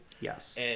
Yes